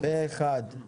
פה אחד.